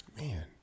man